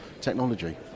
technology